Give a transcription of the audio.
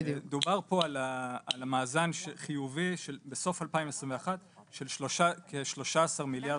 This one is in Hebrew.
דובר פה על מאזן חיובי בסוף 2021 של כ-13 מיליארד